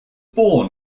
born